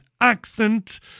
accent